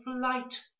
flight